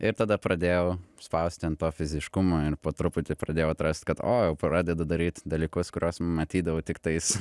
ir tada pradėjau spausti ant to fiziškumo ir po truputį pradėjau atrast kad o jau pradedu daryt dalykus kuriuos matydavau tiktais